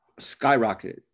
skyrocketed